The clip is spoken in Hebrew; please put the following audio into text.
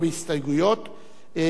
ויש גם נסים זאב,